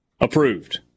approved